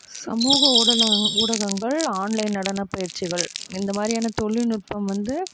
சமூக ஊடகம் ஊடகங்கள் ஆன்லைன் நடனப் பயிற்சிகள் இந்த மாதிரியான தொழில்நுட்பம் வந்து